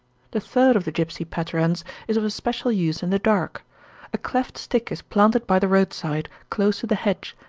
the third of the gipsy patterans is of especial use in the dark a cleft stick is planted by the road-side, close to the hedge,